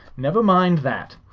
never mind that.